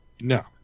No